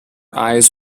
eyes